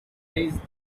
realize